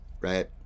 Right